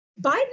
Biden